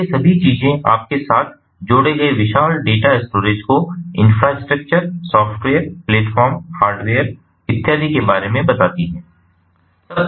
और ये सभी चीजें आपके साथ जोड़े गए विशाल डेटा स्टोरेज को इन्फ्रास्ट्रक्चर सॉफ्टवेयर प्लेटफॉर्म हार्डवेयर इत्यादि के बारे में बताती हैं